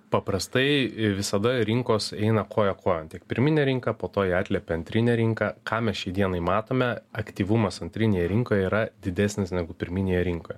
paprastai visada rinkos eina koja kojon tiek pirminė rinka po to ją atliepia antrinė rinka ką mes šiai dienai matome aktyvumas antrinėje rinkoje yra didesnis negu pirminėje rinkoje